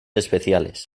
especiales